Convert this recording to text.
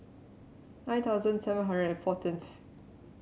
nine thousand seven hundred and fourteenth